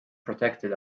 protected